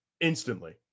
Instantly